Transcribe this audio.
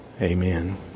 Amen